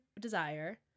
desire